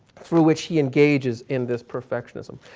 through which he engages in this perfectionism.